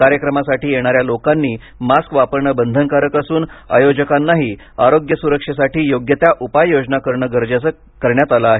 कार्यक्रमासाठी येणाऱ्या लोकांनी मास्क वापरणं बंधनकारक असून आयोजकांनीही आरोग्य सुरक्षेसाठी योग्य त्या उपाययोजना करणं गरजेचं करण्यात आलं आहे